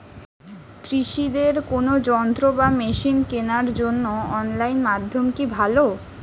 কৃষিদের কোন যন্ত্র বা মেশিন কেনার জন্য অনলাইন মাধ্যম কি ভালো?